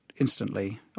instantly